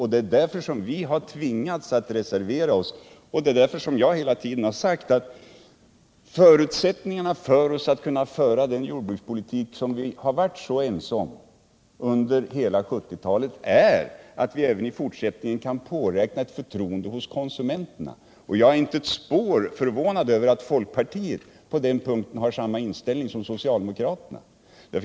Det är därför vi har tvingats reservera oss, och det är därför jag hela tiden har sagt att förutsättningarna för oss att kunna föra just den politik vi har varit så ense om under 1970-talet är att vi även i fortsättningen kan påräkna ett förtroende hos konsumenterna. Jag är inte ett spår förvånad över att folkpartiet på den punkten har samma inställning som socialdemokraterna.